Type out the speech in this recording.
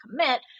commit